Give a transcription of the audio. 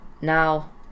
Now